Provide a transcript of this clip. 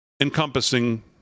encompassing